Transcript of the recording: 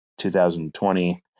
2020